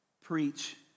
preach